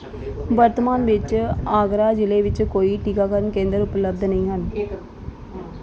ਵਰਤਮਾਨ ਵਿੱਚ ਆਗਰਾ ਜ਼ਿਲ੍ਹੇ ਵਿੱਚ ਕੋਈ ਟੀਕਾਕਰਨ ਕੇਂਦਰ ਉਪਲਬਧ ਨਹੀਂ ਹਨ